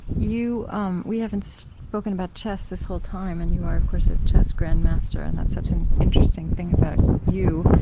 um we haven't spoken about chess this whole time, and you are, of course, a chess grandmaster. and that's such an interesting thing about you,